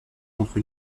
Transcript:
contre